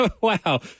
wow